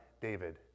David